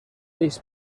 ells